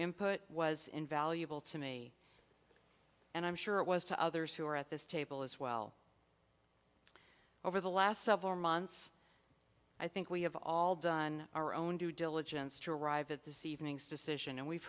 input was invaluable to me and i'm sure it was to others who were at this table as well over the last several months i think we have all done our own due diligence to arrive at this evening's decision and we've